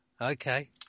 okay